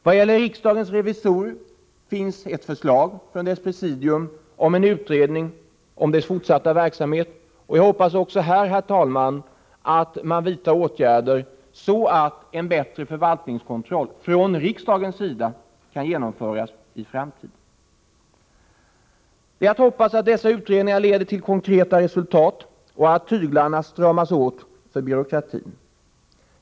Vad gäller riksdagens revisorer finns det ett förslag från deras presidium om en utredning beträffande den fortsatta verksamheten. Jag hoppas att man också här, herr talman, vidtar åtgärder så att en bättre förvaltningskontroll från riksdagens sida kan genomföras i framtiden. Det är att hoppas att dessa utredningar leder till konkreta resultat och att tyglarna stramas åt för byråkratin.